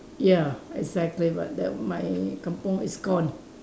ya exactly but that my kampung is gone